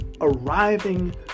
arriving